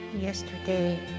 yesterday